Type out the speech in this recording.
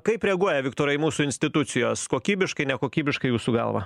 kaip reaguoja viktorai mūsų institucijos kokybiškai nekokybiškai jūsų galva